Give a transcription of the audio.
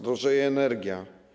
Drożeje energia.